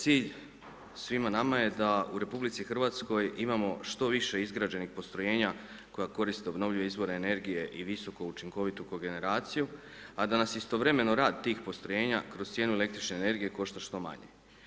Cilj svima nama je da u RH, imamo što više izgrađenih postrojenja koja koriste obnovljive izvore energije i visokoučinkovitu kogeneraciju, a da nas istovremeno rad tih postrojenja kroz cijenu el. energiju košta što manje.